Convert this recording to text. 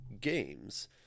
games